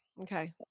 Okay